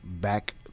back